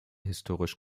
historisch